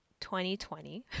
2020